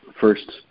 first